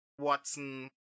Watson